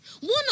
One